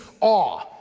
awe